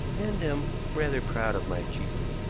and am rather proud of my achievement.